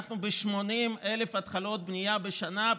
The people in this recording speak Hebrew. אנחנו ב-80,000 התחלות בנייה בשנה.